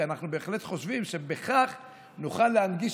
כי אנחנו בהחלט חושבים שבכך נוכל להנגיש